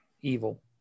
evil